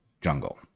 jungle